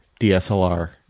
DSLR